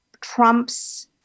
Trump's